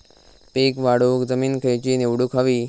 पीक वाढवूक जमीन खैची निवडुक हवी?